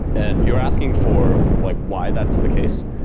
and you're asking for like why that's the case.